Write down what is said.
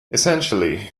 essentially